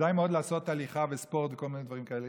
כדאי מאוד לעשות הליכה וספורט וכל מיני דברים כאלה,